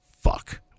Fuck